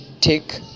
take